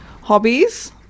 Hobbies